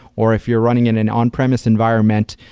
or if you're running in an on-premise environment,